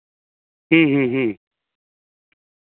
ᱦᱮᱸ ᱦᱮᱸ ᱦᱮᱸ